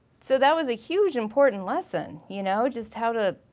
so that was a huge important lesson, you know? just how to.